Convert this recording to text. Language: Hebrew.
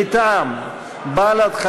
מטעם בל"ד,